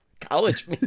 college